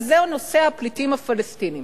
וזהו נושא הפליטים הפלסטינים.